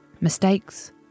mistakes